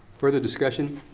further discussion?